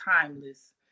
timeless